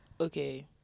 Okay